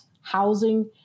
housing